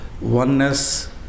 oneness